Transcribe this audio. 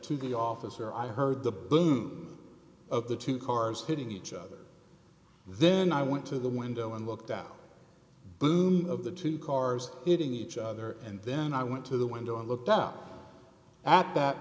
to the officer i heard the boom of the two cars hitting each other then i went to the window and looked out boom of the two cars hitting each other and then i went to the window i looked up at that